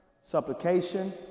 supplication